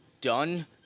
done